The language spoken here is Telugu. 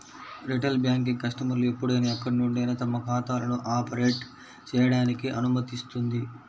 రిటైల్ బ్యాంకింగ్ కస్టమర్లు ఎప్పుడైనా ఎక్కడి నుండైనా తమ ఖాతాలను ఆపరేట్ చేయడానికి అనుమతిస్తుంది